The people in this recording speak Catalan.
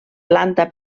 planta